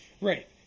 Right